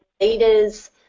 leaders